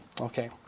Okay